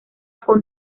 con